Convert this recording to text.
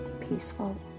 peaceful